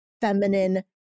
feminine